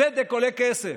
צדק עולה כסף.